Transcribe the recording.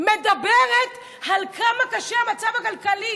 מדברת על כמה קשה המצב הכלכלי.